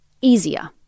easier